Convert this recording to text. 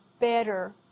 better